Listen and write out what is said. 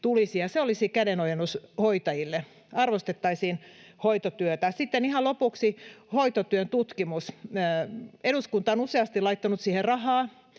Se olisi kädenojennus hoitajille, arvostettaisiin hoitotyötä. Sitten ihan lopuksi hoitotyön tutkimus. Eduskunta on useasti laittanut siihen rahaa.